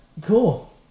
Cool